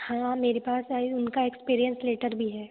हाँ मेरे पास आई उनका एक्सपीरियेंस लेटर भी है